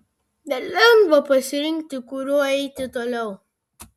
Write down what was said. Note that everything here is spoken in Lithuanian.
nelengva pasirinkti kuriuo eiti toliau